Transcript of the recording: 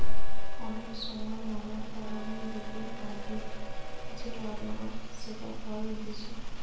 অনেক সময় নানান কারণের লিগে মাটির যে আবরণ সেটা ক্ষয় হতিছে